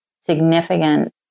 significant